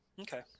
Okay